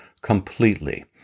completely